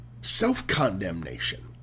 self-condemnation